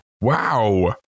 Wow